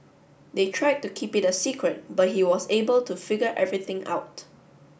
they tried to keep it a secret but he was able to figure everything out